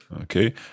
Okay